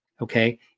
okay